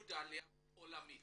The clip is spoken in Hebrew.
בלגיה ואוקראינה.